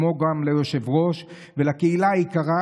כמו גם ליושב-ראש ולקהילה היקרה,